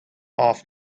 off